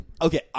Okay